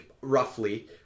Roughly